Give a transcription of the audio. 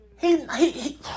he—he